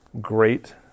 great